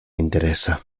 interesa